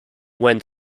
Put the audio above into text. when